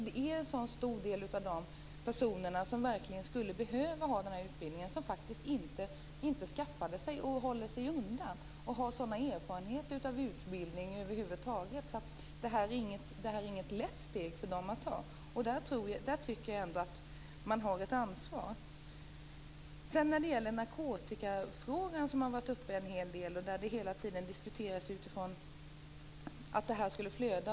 Det är en så stor del av de personer som verkligen skulle behöva ha den här utbildningen som håller sig undan och faktiskt inte skaffar sig den. De har sådana erfarenheter av utbildning över huvud taget att detta inte är något lätt steg för dem att ta. Där tycker jag att man har ett ansvar. Narkotikafrågan har ju varit uppe en hel del. Där diskuteras det hela tiden utifrån att narkotikan skulle flöda.